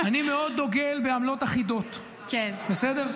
אני מאוד דוגל בעמלות אחידות, בסדר?